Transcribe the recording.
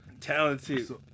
talented